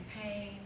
pain